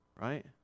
right